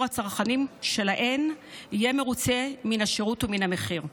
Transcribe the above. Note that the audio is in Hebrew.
הצרכנים שלהן יהיה מרוצה מן השירות ומן המחיר.